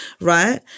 right